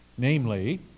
Namely